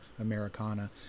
Americana